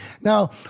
Now